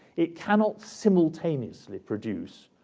it cannot simultaneously produce